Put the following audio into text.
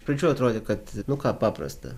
iš pradžių atrodė kad nu ką paprasta